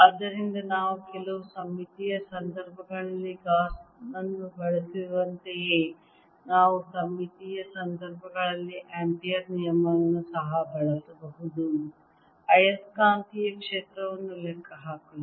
ಆದ್ದರಿಂದ ನಾವು ಕೆಲವು ಸಮ್ಮಿತೀಯ ಸಂದರ್ಭಗಳಲ್ಲಿ ಗಾಸ್ ನನ್ನು ಬಳಸುವಂತೆಯೇ ನಾವು ಸಮ್ಮಿತೀಯ ಸಂದರ್ಭಗಳಲ್ಲಿ ಆಂಪಿಯರ್ ನಿಯಮವನ್ನು ಸಹ ಬಳಸಬಹುದು ಆಯಸ್ಕಾಂತೀಯ ಕ್ಷೇತ್ರವನ್ನು ಲೆಕ್ಕಹಾಕಲು